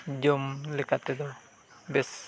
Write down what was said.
ᱡᱚᱢ ᱞᱮᱠᱟ ᱛᱮᱫᱚ ᱵᱮᱥ